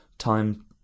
time